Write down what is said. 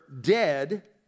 dead